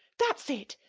that's it.